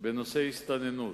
בנושא הסתננות,